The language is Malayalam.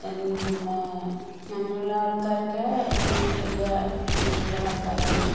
പിന്നെ അങ്ങനെ ഉള്ള ആൾക്കാരൊക്കെ വലിയ ഇതിലുള്ള ആൾക്കാരാണ്